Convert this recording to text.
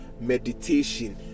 meditation